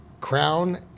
crown